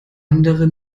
andere